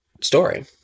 story